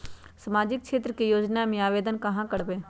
सामाजिक क्षेत्र के योजना में आवेदन कहाँ करवे?